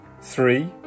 three